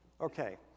Okay